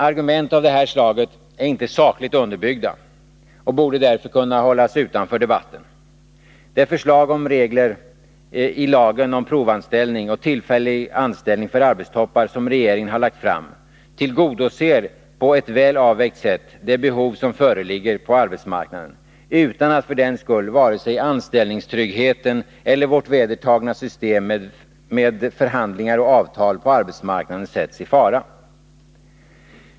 Argument av det här slaget är inte sakligt underbyggda och borde därför kunna hållas utanför debatten. Det förslag om regler i lagen om provanställning och tillfällig anställning för arbetstoppar som regeringen har lagt fram tillgodoser på ett väl avvägt sätt det behov som föreligger på arbetsmarknaden, utan att för den skull vare sig anställningstryggheten eller vårt vedertagna system med förhandlingar och avtal på arbetsmarknaden sätts i fara.